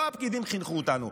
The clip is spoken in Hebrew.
לא הפקידים חינכו אותנו.